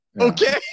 Okay